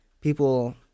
people